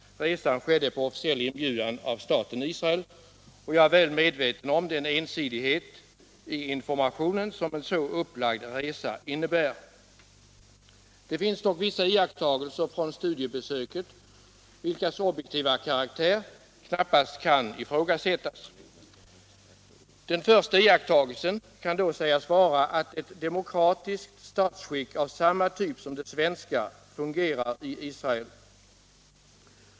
Resan företogs på officiell inbjudan av staten Israel, och jag är väl medveten om den ensidighet i informationen som en så upplagd resa innebär. — Det finns dock vissa iakttagelser från studiebesöket vilkas objektiva karaktär knappast kan ifrågasättas. Den första iakttagelsen kan då sägas vara att ett demokratiskt statsskick av samma typ som det svenska fungerar i Israel.